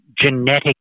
genetic